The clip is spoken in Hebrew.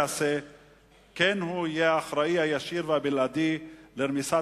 כן הוא יהיה האחראי הישיר והבלעדי לרמיסת